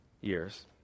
years